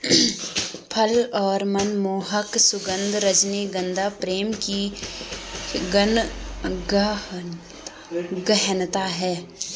फल और मनमोहक सुगन्ध, रजनीगंधा प्रेम की गहनता है